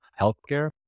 healthcare